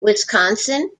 wisconsin